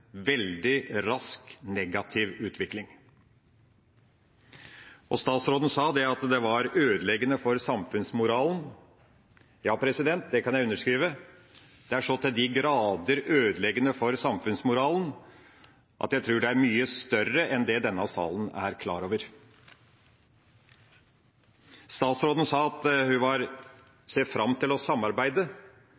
veldig rask, negativ utvikling. Statsråden sa at det var ødeleggende for samfunnsmoralen. Ja, det kan jeg underskrive på. Det er så til de grader ødeleggende for samfunnsmoralen at jeg tror det er mye større enn det denne salen er klar over. Statsråden sa at hun